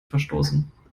verstoßen